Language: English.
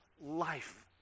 life